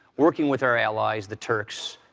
working with our allies, the turks,